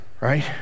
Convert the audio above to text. right